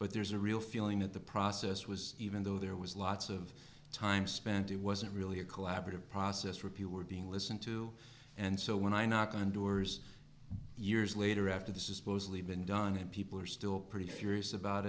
but there's a real feeling that the process was even though there was lots of time spent it wasn't really a collaborative process repeal were being listened to and so when i knock on doors years later after this is supposedly been done and people are still pretty furious about